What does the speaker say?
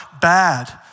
bad